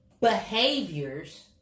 behaviors